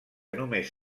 només